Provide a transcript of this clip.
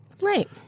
Right